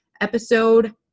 episode